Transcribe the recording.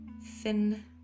thin